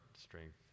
strength